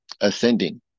ascending